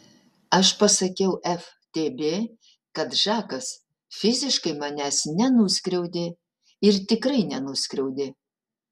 aš pasakiau ftb kad žakas fiziškai manęs nenuskriaudė ir tikrai nenuskriaudė